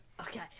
Okay